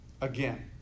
again